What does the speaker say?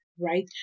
right